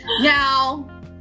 Now